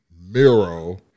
Miro